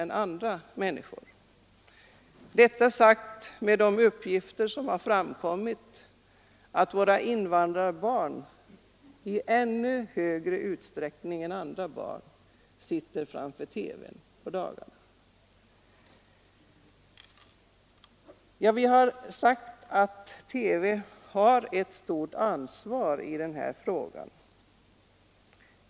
Detta säger jag bl.a. med utgångspunkt i de uppgifter som framkommit om att våra invandrarbarn i ännu högre grad än andra barn sitter framför TV-apparaten på dagarna. Vi har sagt att TV har ett stort ansvar härvidlag.